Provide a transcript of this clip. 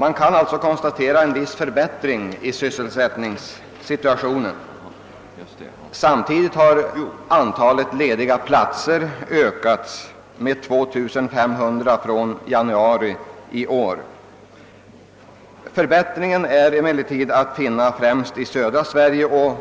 Man kan alltså konstatera en viss förbättring av sysselsättningssituationen. Samtidigt har antalet lediga platser ökat med 2500 från januari i år. Förbättringen är emellertid att finna främst i södra Sverige och